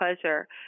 pleasure